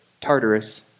Tartarus